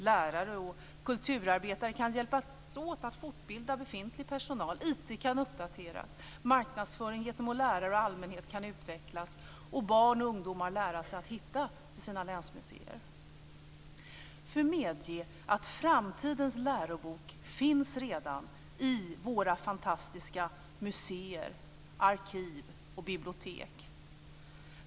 Lärare och kulturarbetare kan hjälpa till att fortbilda befintlig personal, IT kan uppdateras, marknadsföring gentemot lärare och allmänhet kan utvecklas och barn och ungdomar kan lära sig att hitta till sina länsmuseer. Medge att framtidens lärobok finns redan i våra fantastiska museer, arkiv och bibliotek.